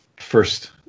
first